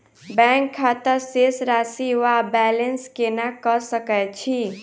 Bank खाता शेष राशि वा बैलेंस केना कऽ सकय छी?